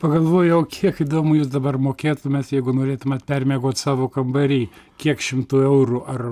pagalvojau kiek įdomu jūs dabar mokėtumėt jeigu norėtumėt permiegot savo kambary kiek šimtų eurų ar